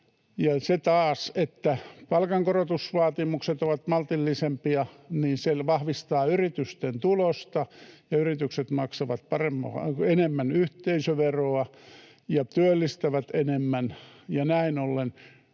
Se taas, että palkankorotusvaatimukset ovat maltillisempia, vahvistaa yritysten tulosta, ja yritykset maksavat enemmän yhteisöveroa ja työllistävät enemmän. Näin ollen